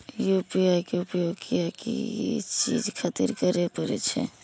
UPI के उपयोग किया चीज खातिर करें परे छे?